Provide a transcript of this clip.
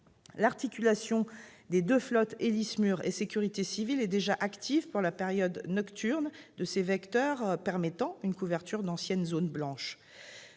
l'articulation des deux flottes Héli-SMUR et sécurité civile est déjà active pour la période nocturne, ce qui permet la couverture d'anciennes zones blanches.